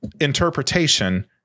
Interpretation